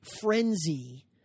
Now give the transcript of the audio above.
frenzy